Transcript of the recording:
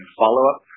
follow-up